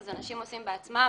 אז אנשים עושים בעצמם.